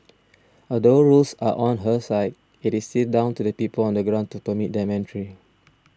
although rules are on her side it is still down to the people on the ground to permit them entry